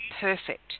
perfect